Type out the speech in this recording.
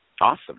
Awesome